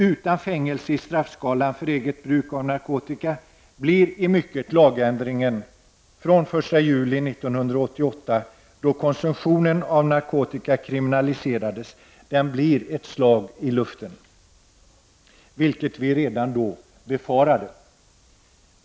Utan fängelse i straffskalan för eget bruk av narkotika blev lagändringen den 1 juli 1988, då konsumtionen av narkotika kriminaliserades, i mycket ett slag i luften, vilket vi redan i samband därmed hade befarat.